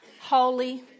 holy